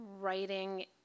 writing